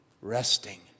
resting